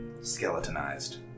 Skeletonized